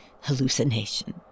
hallucination